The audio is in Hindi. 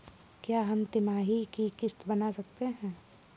क्या हम तिमाही की किस्त बना सकते हैं?